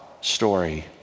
story